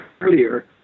earlier